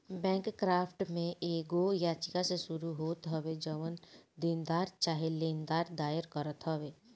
bankrupt में एगो याचिका से शुरू होत हवे जवन देनदार चाहे लेनदार दायर करत हवे